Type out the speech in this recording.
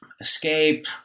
escape